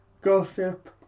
gossip